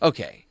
Okay